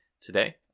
today